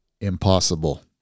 impossible